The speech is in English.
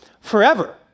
forever